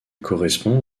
correspond